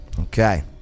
Okay